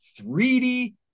3D